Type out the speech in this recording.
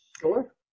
Sure